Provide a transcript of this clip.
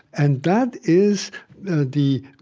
and that is the